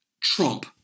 Trump